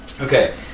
Okay